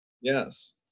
Yes